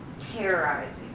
terrorizing